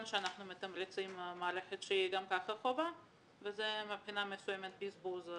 נכון שאנחנו מתמרצים מערכת שהיא גם כך חובה וזה מבחינה מסוימת בזבוז,